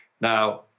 Now